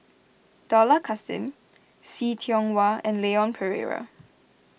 Dollah Kassim See Tiong Wah and Leon Perera